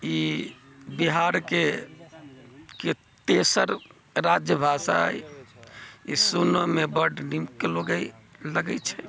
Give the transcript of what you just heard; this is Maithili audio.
ई बिहारके तेसर राज्य भाषा अछि ई सुनऽमे बड्ड नीक लगैत छै